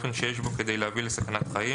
באופן שיש בו כדי להביא לסכנת חיים,